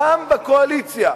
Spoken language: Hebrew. גם בקואליציה,